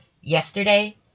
yesterday